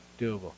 Doable